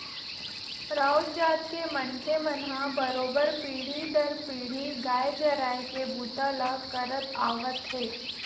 राउत जात के मनखे मन ह बरोबर पीढ़ी दर पीढ़ी गाय चराए के बूता ल करत आवत हे